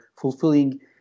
fulfilling